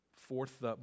Fourth